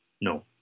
No